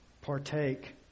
partake